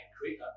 create